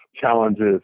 challenges